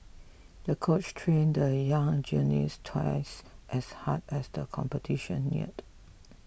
the coach trained the young gymnast twice as hard as the competition neared